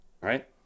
right